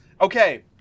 Okay